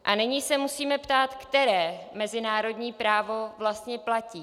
A nyní se musíme ptát, které mezinárodní právo vlastně platí.